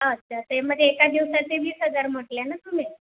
अच्छा ते मधे एका दिवसाचे वीस हजार म्हटले ना तुम्ही